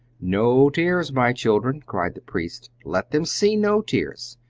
no tears, my children! cried the priest let them see no tears!